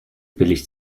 billig